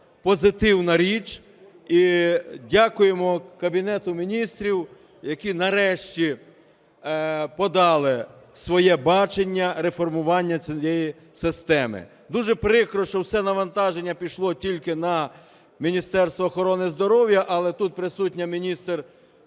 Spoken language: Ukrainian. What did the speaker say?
позитивна річ. І дякуємо Кабінету Міністрів, які нарешті подали своє бачення реформування цієї системи. Дуже прикро, що все навантаження пішло тільки на Міністерство охорони здоров'я. Але, тут присутня міністр,